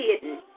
hidden